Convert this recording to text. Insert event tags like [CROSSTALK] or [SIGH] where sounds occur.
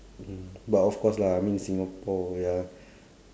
mm but of course lah I mean singapore ya [BREATH]